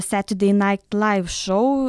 satedei nait laiv šou